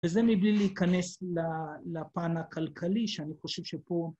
וזה מבלי להיכנס לפן הכלכלי שאני חושב שפה...